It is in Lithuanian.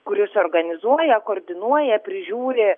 kuris organizuoja koordinuoja prižiūri